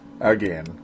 again